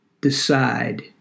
decide